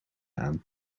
aan